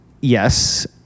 Yes